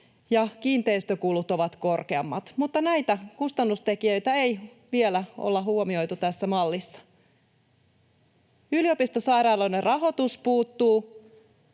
ja kiinteistökulut ovat korkeammat, mutta näitä kustannustekijöitä ei vielä olla huomioitu tässä mallissa. Yliopistosairaaloiden rahoitus puuttuu.